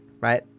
right